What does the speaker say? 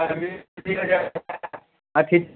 अथी